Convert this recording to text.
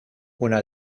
una